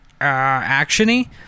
action-y